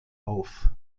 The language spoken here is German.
auf